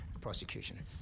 prosecution